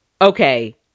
okay